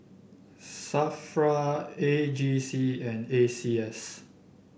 Safra A G C and A C S